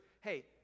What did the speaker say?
hey